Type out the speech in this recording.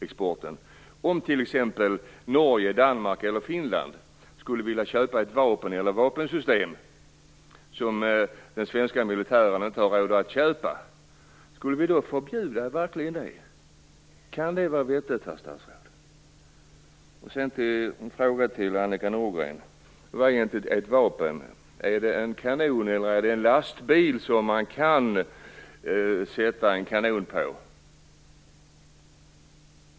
Om t.ex. Norge, Danmark eller Finland skulle vilja köpa ett vapen eller ett vapensystem som den svenska militären inte har råd att köpa, skulle vi då verkligen förbjuda det? Kan det vara vettigt, herr statsråd? Sedan har jag en fråga till Annika Nordgren. Vad är egentligen ett vapen? Är det en kanon eller är det en lastbil som man kan sätta en kanon på?